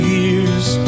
years